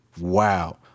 wow